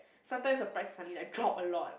sometimes the price suddenly like drop a lot